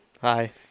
Hi